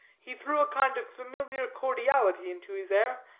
he threw a kind of familiar cordiality into his air,